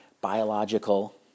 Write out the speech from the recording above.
biological